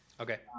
Okay